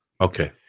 okay